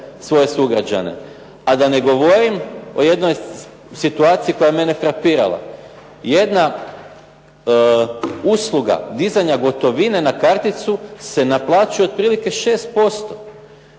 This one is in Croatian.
svoje sugrađane, a da ne govorim o jednoj situaciji koja je mene frapirala. Jedna usluga dizanja gotovine na karticu se naplaćuje otprilike 6%.